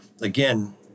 again